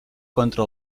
contra